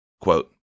Quote